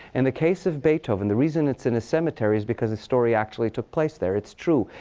and the case of beethoven, the reason it's in a cemetery is because the story actually took place there. it's true.